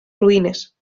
ruïnes